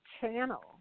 channel